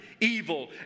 evil